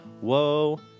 Whoa